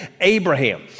Abraham